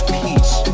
peace